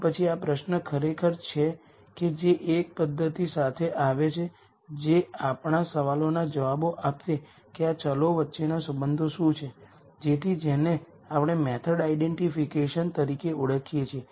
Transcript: તેથી મારી પાસે r 0 આઇગનવેલ્યુઝ હોવાને કારણે મારી પાસે આને અનુરૂપ r આઇગન વેક્ટર્સ હશે